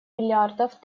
миллиардов